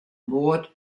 moard